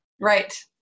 Right